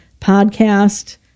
podcast